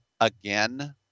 again